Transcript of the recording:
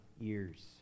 years